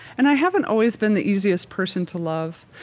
and i haven't always been the easiest person to love.